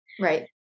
Right